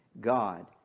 God